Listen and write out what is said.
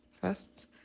First